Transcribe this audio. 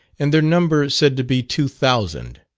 and their number said to be two thousand.